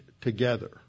together